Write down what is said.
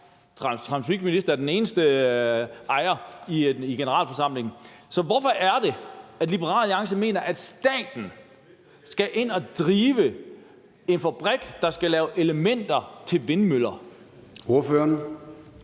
Transportministeren er den eneste ejer i generalforsamlingen. Så hvorfor er det, at Liberal Alliance mener, at staten skal ind at drive en fabrik, der skal lave elementer til vindmøller?